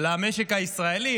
למשק הישראלי,